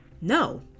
No